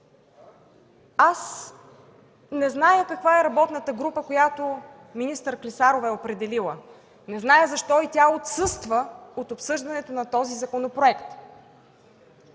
Аз не зная каква е работната група, която министър Клисарова е определила. Не зная защо тя отсъства от обсъждането на този законопроект.